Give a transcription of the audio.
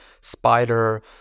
spider